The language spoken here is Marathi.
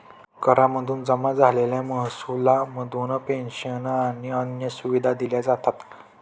करा मधून जमा झालेल्या महसुला मधून पेंशन आणि अन्य सुविधा दिल्या जातात